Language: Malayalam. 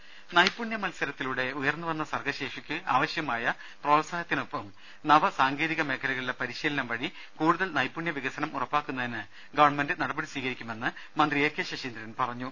ദരദ നൈപുണ്യമത്സരത്തിലൂടെ ഉയർന്നു വന്ന സർഗ്ഗശേഷിക്ക് ആവശ്യമായ പ്രോത്സാഹനത്തിനൊപ്പം നവ സാങ്കേതിക മേഖലകളിലെ പരിശീലനം വഴി കൂടുതൽ നൈപുണ്യ വികസനമുറപ്പാക്കുന്നതിന് ഗവൺമെന്റ് നടപടി സ്വീകരിക്കുമെന്ന് മന്ത്രി എ കെ ശശീന്ദ്രൻ പറഞ്ഞു